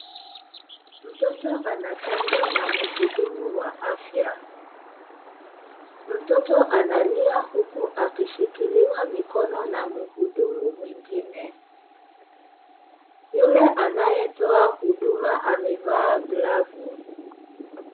Mtoto anachajo na muhudumu wa afya mtoto analia huku akishikilia mikono na muhudumu mwingine yule anayetoa huduma amevaa glovu.